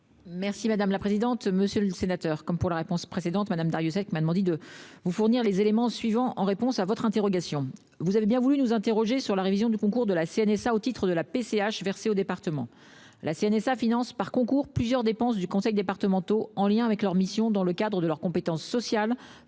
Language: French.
Mme la ministre déléguée. Monsieur le sénateur, comme pour la réponse précédente, Mme Darrieussecq m'a demandé de vous fournir les éléments suivants, en réponse à votre interrogation. Vous avez bien voulu nous interroger sur la révision du concours de la CNSA au titre de la PCH versée aux départements. La CNSA finance par concours plusieurs dépenses des conseils départementaux en lien avec leur mission dans le cadre de leurs compétences sociales